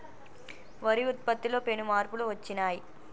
వరి ఉత్పత్తిలో పెను మార్పులు వచ్చినాయ్